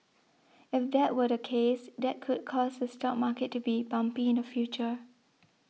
if that were the case that could cause the stock market to be bumpy in the future